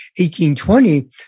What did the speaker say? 1820